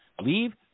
Leave